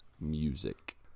music